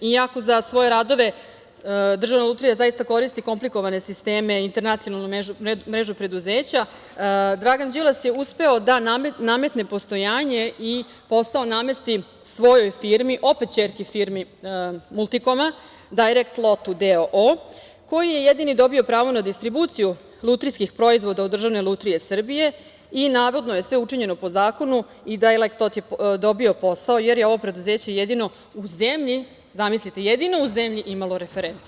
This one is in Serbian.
Iako za svoje radove Državna lutrija zaista koristi komplikovane, internacionalnu mrežu preduzeća, Dragan Đilas je uspeo da nametne postojanje i posao namesti svojoj firmi, opet ćerki firmi „Multikoma“, Dajrekt lotu d.o.o. koji je jedini dobio pravo na distribuciju lutrijskih proizvoda od Državne lutrije Srbije i navodno je sve učinjeno po zakonu i „Dajrekt lot“ je dobio posao, jer je ovo preduzeće jedino u zemlji imalo reference.